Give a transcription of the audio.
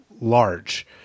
large